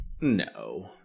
No